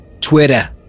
Twitter